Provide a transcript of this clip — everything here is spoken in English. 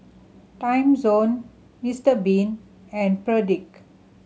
Timezone Mister Bean and Perdix